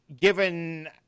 given